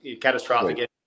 catastrophic